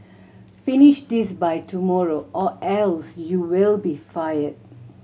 finish this by tomorrow or else you will be fired